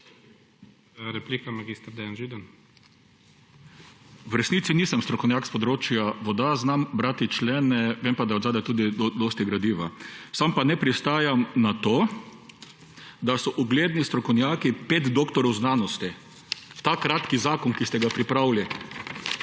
DEJAN ŽIDAN (PS SD):** V resnici nisem strokovnjak s področja voda, znam brati člene, vem pa, da je zadaj tudi dosti gradiva. Sam pa ne pristajam na to, da so ugledni strokovnjaki, pet doktorjev znanosti, ta kratki zakon, ki ste ga pripravili,